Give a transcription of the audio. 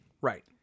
Right